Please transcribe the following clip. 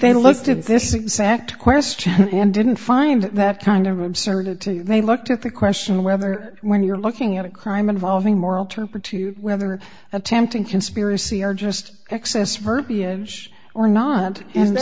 they look to this exact question and didn't find that kind of absurdity they looked at the question whether when you're looking at a crime involving moral turpitude whether attempting conspiracy or just excess verbiage or not and